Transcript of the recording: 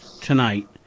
tonight